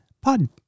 pod